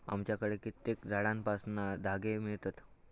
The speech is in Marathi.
आमच्याकडे कित्येक झाडांपासना धागे मिळतत